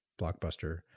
blockbuster